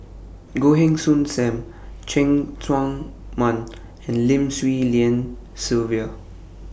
Goh Heng Soon SAM Cheng Tsang Man and Lim Swee Lian Sylvia